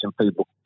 people